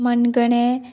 मनगणें